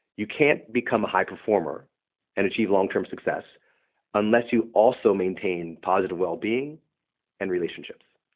you can't become a high performer and achieve long-term success unless you also maintain positive well-being and relationships